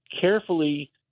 carefully